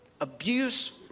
abuse